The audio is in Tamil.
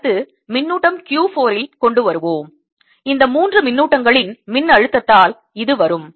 அடுத்து மின்னூட்டம் Q 4 ல் கொண்டு வருவோம் இந்த மூன்று மின்னூட்டங்களின் மின்னழுத்தத்தால் இது வரும்